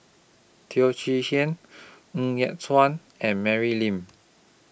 Teo Chee Hean Ng Yat Chuan and Mary Lim